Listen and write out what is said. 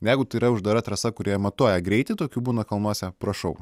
jeigu tai yra uždara trasa kurioje matuoja greitį tokių būna kalnuose prašau